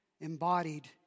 embodied